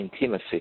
intimacy